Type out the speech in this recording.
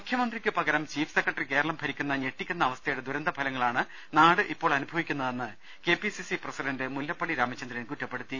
മുഖ്യമന്ത്രിക്കുപകരം chief secretary Keralam ഭരിക്കുന്ന ഞെട്ടിക്കുന്ന അവസ്ഥയുടെ ദുരന്ത ഫലങ്ങളാണ് നാട് ഇപ്പോൾ അനുഭവിക്കുന്നതെന്ന് K P C C president Mullappally Ramachandran കുറ്റപ്പെടുത്തി